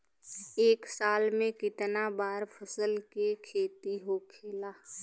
एक साल में कितना बार फसल के खेती होखेला?